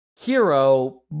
hero